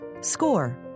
Score